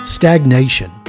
Stagnation